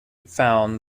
found